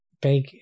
big